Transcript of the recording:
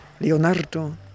Leonardo